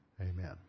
Amen